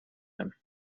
him